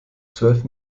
zwölf